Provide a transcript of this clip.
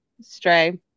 stray